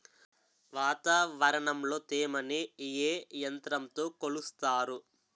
వాతావరణంలో తేమని ఏ యంత్రంతో కొలుస్తారు?